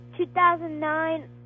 2009